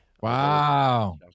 Wow